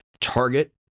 target